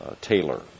Taylor